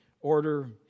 order